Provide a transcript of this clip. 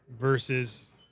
versus